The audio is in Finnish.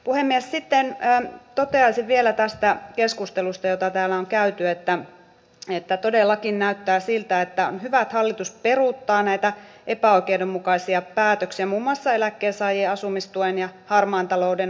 olemme sitten hän toteaisi vielä päästään keskustelusta jota tämä on käyty että heitä todellakin näyttää siltä että on hyvä hallitus peruuttaa näitä epäoikeudenmukaisia päätöksiä muun muassa eläkkeensaajia asumistuen ja harmaan talouden